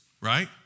right